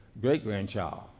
great-grandchild